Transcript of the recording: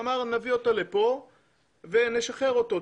ואמר: נביא אותו לפה ונשחרר אותו,